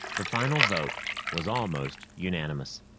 the final vote was almost unanimous.